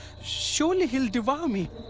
surely he will devour me.